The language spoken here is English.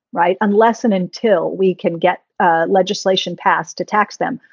right. unless and until we can get ah legislation passed to tax them.